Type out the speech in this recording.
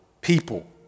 people